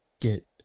get